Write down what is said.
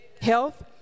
health